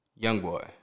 Youngboy